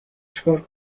چیکار